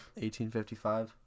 1855